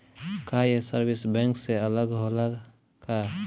का ये service bank से अलग होला का?